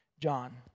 John